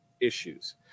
issues